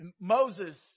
Moses